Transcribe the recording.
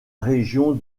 région